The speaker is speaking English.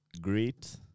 great